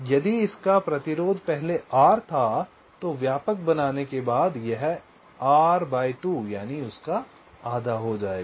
यदि इस का प्रतिरोध R था तो यह प्रतिरोध R2 हो जाएगा